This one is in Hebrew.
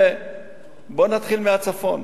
ובוא נתחיל מהצפון,